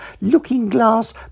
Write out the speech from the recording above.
looking-glass